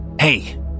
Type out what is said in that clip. Hey